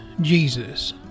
Jesus